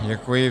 Děkuji.